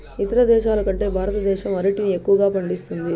ఇతర దేశాల కంటే భారతదేశం అరటిని ఎక్కువగా పండిస్తుంది